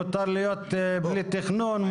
מותר להיות בלי תכנון,